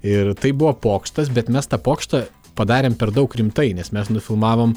ir tai buvo pokštas bet mes tą pokštą padarėm per daug rimtai nes mes nufilmavom